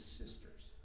sisters